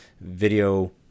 video